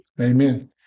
Amen